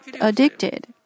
addicted